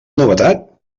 novetat